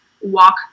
walk –